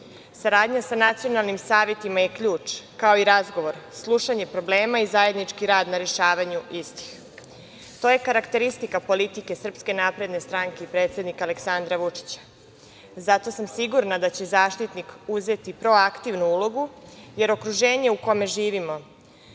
Saradnja sa nacionalnim savetima je ključ, kao i razgovor, slušanje problema i zajednički rad na rešavanju istih. To je karakteristika politike SNS i predsednika Aleksandra Vučića. Zato sam siguran da će Zaštitnik uzeti proaktivnu ulogu, jer okruženje u kome živimo,